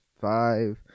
five